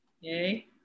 yay